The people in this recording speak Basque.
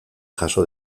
jaso